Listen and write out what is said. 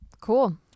Cool